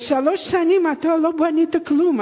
בשלוש שנים אתה לא בנית כלום,